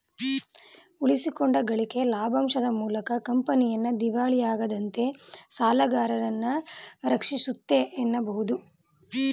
ಉಳಿಸಿಕೊಂಡ ಗಳಿಕೆ ಲಾಭಾಂಶದ ಮೂಲಕ ಕಂಪನಿಯನ್ನ ದಿವಾಳಿಯಾಗದಂತೆ ಸಾಲಗಾರರನ್ನ ರಕ್ಷಿಸುತ್ತೆ ಎನ್ನಬಹುದು